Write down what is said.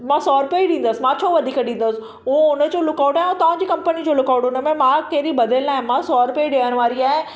मां सौ रुपया ई ॾींदसि मां छो वधीक ॾींदसि उहो हुनजो लूकआउट आहे ऐं तव्हांजी कंपनी जो लूकआउट आहे हुन में मां कहिड़ी ॿधियल न आहियां मां सौ रुपया ॾियण वारी आहियां